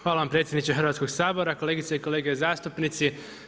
Hvala vam predsjedniče Hrvatskoga sabora, kolegice i kolege zastupnici.